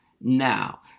now